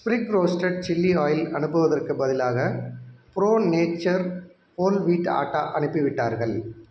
ஸ்பிரிக் roasted chilli oil அனுப்புவதற்குப் பதிலாக Pro Nature whole wheat atta அனுப்பிவிட்டார்கள்